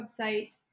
website